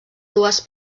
dues